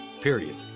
Period